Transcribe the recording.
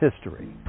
history